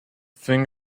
thing